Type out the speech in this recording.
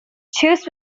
choose